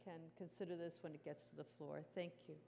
can consider this when it gets to the floor thank you